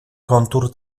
kontur